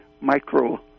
micro